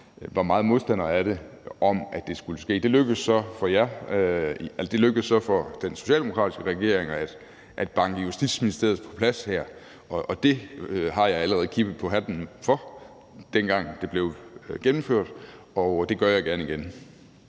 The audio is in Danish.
var meget modstandere af det, om, at det skulle ske. Det lykkedes så for den socialdemokratiske regering at banke Justitsministeriet på plads her, og det har jeg allerede kippet på hatten for, dengang det blev gennemført, og det gør jeg gerne igen.